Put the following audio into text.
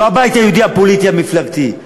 לא הבית היהודי הפוליטי המפלגתי,